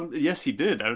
yes, he did, um